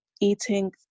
eating